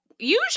usually